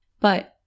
But-